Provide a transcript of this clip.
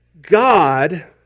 God